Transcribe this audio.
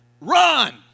run